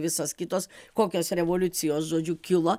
visos kitos kokios revoliucijos žodžiu kilo